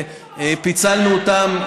ופיצלנו אותם.